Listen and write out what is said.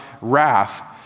wrath